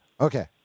Okay